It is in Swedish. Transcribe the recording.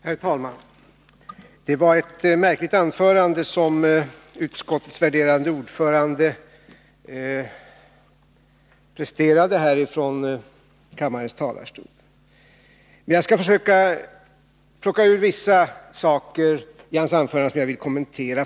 Herr talman! Det var ett märkligt anförande som utskottets värderade ordförande presterade från kammarens talarstol, men jag skall nöja mig med att plocka ut vissa saker i hans anförande som jag vill kommentera.